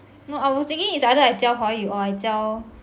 no I was thinking it's either I 教华语 or I 教